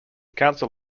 council